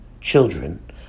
children